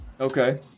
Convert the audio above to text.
Okay